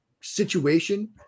situation